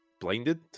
blinded